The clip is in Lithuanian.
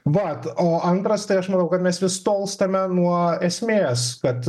vata o antras tai aš manau kad mes vis tolstame nuo esmės kad